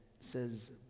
says